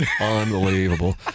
Unbelievable